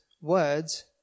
words